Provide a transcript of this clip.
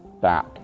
back